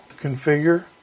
Configure